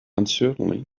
uncertainly